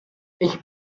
ich